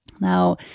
Now